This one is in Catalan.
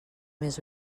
més